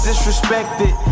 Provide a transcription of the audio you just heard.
Disrespected